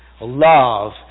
love